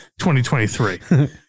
2023